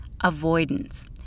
avoidance